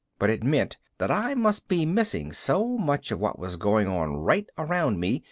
but it meant that i must be missing so much of what was going on right around me,